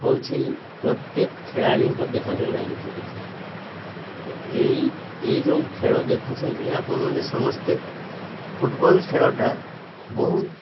ହେଉଛି ପ୍ରତ୍ୟେକ ଖେଳାଳିଙ୍କ ଦେହରେ ଲାଗି ରହିଯାଏ ଏଇ ଏଇ ଯେଉଁ ଖେଳ ଦେଖୁଛନ୍ତି ଆପଣମାନେ ସମସ୍ତେ ଫୁଟବଲ୍ ଖେଳଟା ବହୁତ